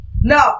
no